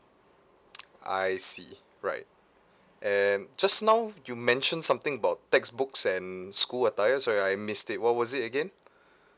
I see right and just now you mention something about textbooks and school attire sorry I missed it what was it again